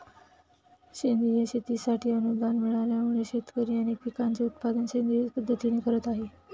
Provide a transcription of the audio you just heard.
सेंद्रिय शेतीसाठी अनुदान मिळाल्यामुळे, शेतकरी अनेक पिकांचे उत्पादन सेंद्रिय पद्धतीने करत आहेत